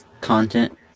content